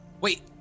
Wait